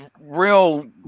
real